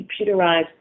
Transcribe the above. computerized